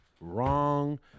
wrong